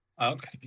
Okay